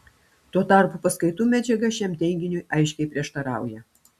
tuo tarpu paskaitų medžiaga šiam teiginiui aiškiai prieštarauja